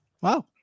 Wow